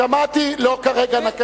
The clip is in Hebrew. שמעתי, לא כרגע.